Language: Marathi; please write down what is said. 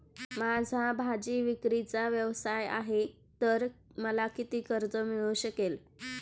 माझा भाजीविक्रीचा व्यवसाय आहे तर मला कर्ज मिळू शकेल का?